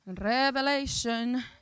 Revelation